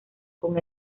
con